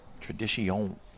Tradition